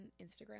Instagram